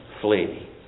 flee